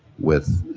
with,